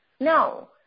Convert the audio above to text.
No